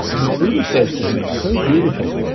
and what buddha says to him is so beautiful.